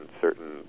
certain